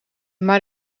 maar